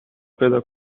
پیدا